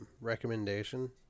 Recommendation